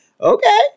okay